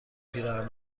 پیراهن